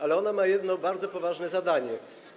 Ale ona ma jedno bardzo poważne zadanie.